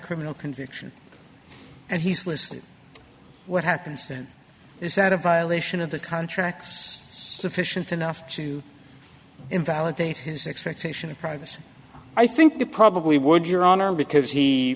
criminal conviction and he's listed what happens then is that a violation of the contract sufficient enough to invalidate his expectation of privacy i think he probably would your honor because he